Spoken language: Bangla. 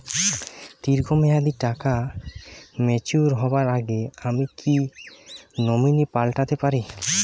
দীর্ঘ মেয়াদি টাকা ম্যাচিউর হবার আগে আমি কি নমিনি পাল্টা তে পারি?